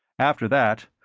after that,